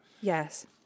Yes